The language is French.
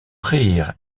rire